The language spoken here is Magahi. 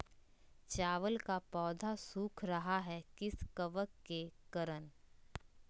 चावल का पौधा सुख रहा है किस कबक के करण?